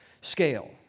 scale